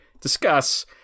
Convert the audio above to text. discuss